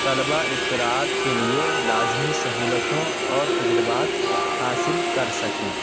طلبہ اختراعات کے لیے لازمی سہولتوں اور تجربات حاصل کر سکیں